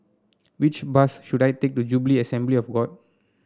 which bus should I take to Jubilee Assembly of God